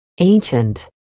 ancient